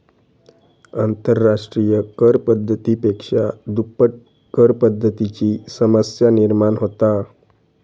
आंतरराष्ट्रिय कर पद्धती पेक्षा दुप्पट करपद्धतीची समस्या निर्माण होता